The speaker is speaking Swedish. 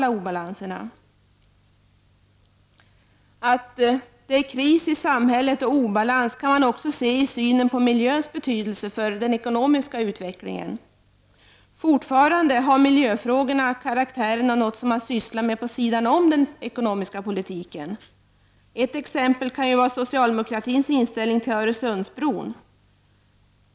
Att det är kris i samhället och obalans framgår också av synen på miljöns betydelse för den ekonomiska utvecklingen. Fortfarande har miljöfrågorna karaktären av något som man sysslar med vid sidan om den ekonomiska politiken. Ett exempel kan vara socialdemokratins inställning till Öresundsbron.